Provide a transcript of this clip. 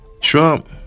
Trump